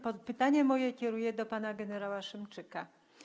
Pytanie moje kieruje do pana gen. Szymczyka.